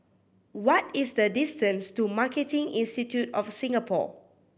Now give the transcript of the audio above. what is the distance to Marketing Institute of Singapore